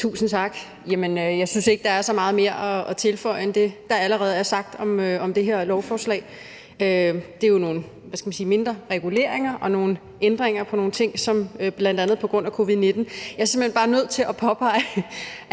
Tusind tak. Jamen jeg synes ikke, at der er så meget mere at tilføje end det, der allerede er sagt om det her lovforslag. Det er jo nogle, hvad skal man sige, mindre reguleringer og nogle ændringer af nogle ting, bl.a. på grund af covid-19. Jeg er simpelt hen bare nødt til at påpege